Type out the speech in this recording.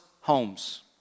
homes